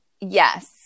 Yes